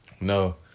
No